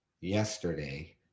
yesterday